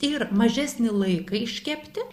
ir mažesnį laiką iškepti